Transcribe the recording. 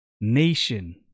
nation